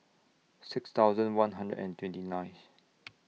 six thousand one hundred and twenty ninth